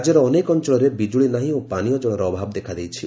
ରାଜ୍ୟର ଅନେକ ଅଞ୍ଚଳରେ ବିକ୍କୁଳି ନାହିଁ ଓ ପାନୀୟ ଜଳର ଅଭାବ ଦେଖାଦେଇଛି